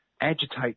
agitate